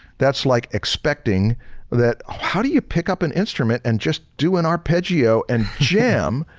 that's like expecting that how do you pick up an instrument and just do an arpeggio and jam?